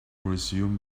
resume